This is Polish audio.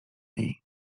niej